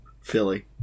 Philly